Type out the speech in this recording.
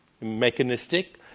mechanistic